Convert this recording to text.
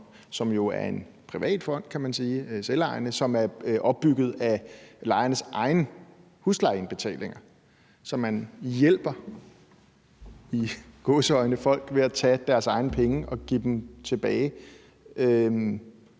som jo er en selvejende institution, som er opbygget af lejernes egne huslejeindbetalinger. Så man hjælper – i gåseøjne – folk ved at tage deres egne penge og give dem tilbage,